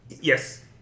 Yes